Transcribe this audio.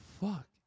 fuck